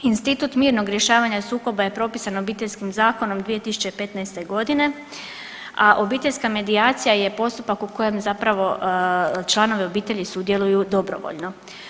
Institut mirnog rješavanja sukoba je propisana obiteljskim zakonom 2015. godine, a obiteljska medijacija je postupak u kojem zapravo članovi obitelji sudjeluju dobrovoljno.